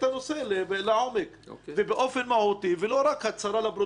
לעומק ובאופן מהותי ולא רק הצהרה לפרוטוקול,